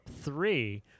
three